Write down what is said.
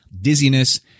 dizziness